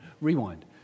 rewind